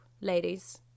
ladies